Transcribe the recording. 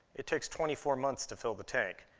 it takes twenty four months to fill the tank.